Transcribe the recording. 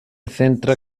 centra